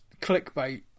clickbait